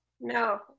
No